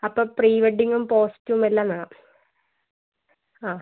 അപ്പം പ്രി വെഡിങ്ങും പോസ്റ്റുമെല്ലാം വേണം ആ